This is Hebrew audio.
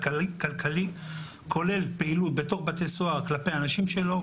כלכלי כולל פעילות בתוך בתי סוהר כלפי אנשים שלו,